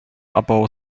abbau